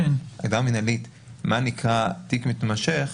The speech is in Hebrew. של מה שנקרא "תיק מתמשך",